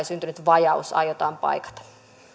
syntynyt vajaus aiotaan paikata